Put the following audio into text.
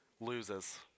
loses